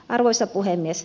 arvoisa puhemies